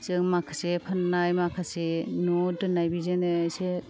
जों माखासे फाननाय माखासे न'आव दोननाय बिजोंनो एसे